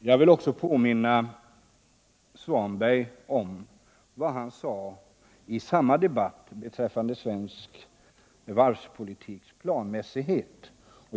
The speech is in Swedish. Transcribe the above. Jag vill också påminna Ingvar Svanberg om vad han sade i debatten den 3 juni i år beträffande svensk varvspolitiks planmässighet.